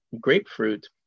grapefruit